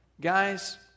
guys